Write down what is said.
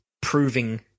proving